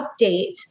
update